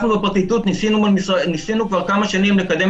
אנחנו בפרקליטות ניסינו כבר כמה שנים לקדם